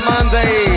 Monday